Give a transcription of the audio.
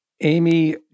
Amy